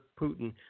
Putin